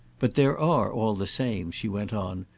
but there are all the same, she went on,